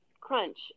crunch